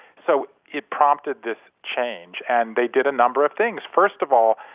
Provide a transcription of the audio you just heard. so it prompted this change and they did a number of things. first of all,